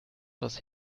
was